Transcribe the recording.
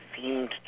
seemed